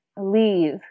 leave